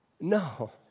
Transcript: No